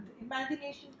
Imagination